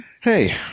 Hey